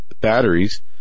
batteries